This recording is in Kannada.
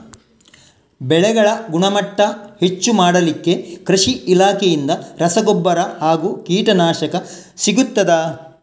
ಬೆಳೆಗಳ ಗುಣಮಟ್ಟ ಹೆಚ್ಚು ಮಾಡಲಿಕ್ಕೆ ಕೃಷಿ ಇಲಾಖೆಯಿಂದ ರಸಗೊಬ್ಬರ ಹಾಗೂ ಕೀಟನಾಶಕ ಸಿಗುತ್ತದಾ?